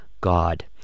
God